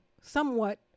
somewhat